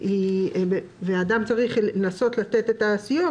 האדם צריך לנסות לתת את הסיוע,